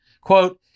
Quote